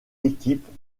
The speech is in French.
équipes